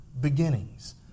beginnings